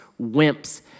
wimps